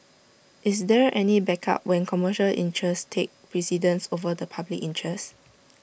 is there any backup when commercial interests take precedence over the public interest